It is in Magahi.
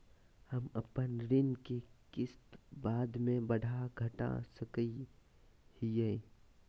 हम अपन ऋण के किस्त बाद में बढ़ा घटा सकई हियइ?